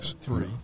Three